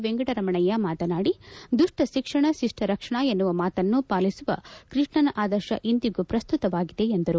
ವೆಂಕಟರಮಣಯ್ಯ ಮಾತನಾಡಿ ದುಪ್ಪ ಶಿಕ್ಷಣ ಶಿಪ್ಪ ರಕ್ಷಣಾ ಎನ್ನುವ ಮಾತನ್ನು ಪಾಲಿಸುವ ಕೃಷ್ಣನ ಆದರ್ಶ ಇಂದಿಗೂ ಪ್ರಸ್ತುತವಾಗಿದೆ ಎಂದರು